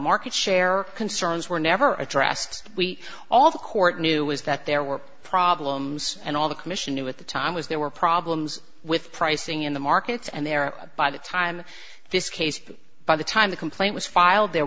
market share concerns were never addressed we all the court knew was that there were problems and all the commission knew at the time was there were problems with pricing in the markets and there by the time this case by the time the complaint was filed there